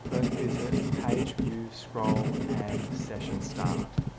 first visit, page view, scroll, and session start.